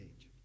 age